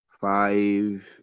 five